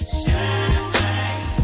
shine